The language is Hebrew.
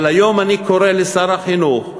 אבל היום אני קורא לשר החינוך,